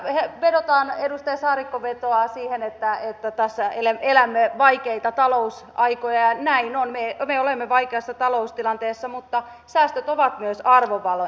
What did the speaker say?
niin tässä edustaja saarikko vetoaa siihen että tässä elämme vaikeita talousaikoja ja näin on me olemme vaikeassa taloustilanteessa mutta säästöt ovat myös arvovalintoja